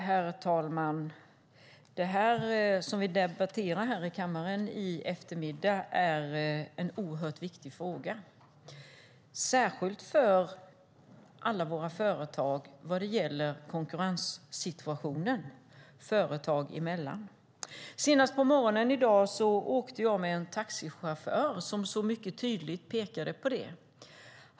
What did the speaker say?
Herr talman! Det som vi debatterar här i eftermiddag är en oerhört viktig fråga som gäller konkurrenssituationen för alla våra företag. Senast på morgonen i dag åkte jag med en taxichaufför som tydligt pekade på detta.